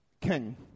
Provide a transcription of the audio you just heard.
king